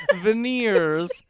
veneers